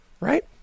right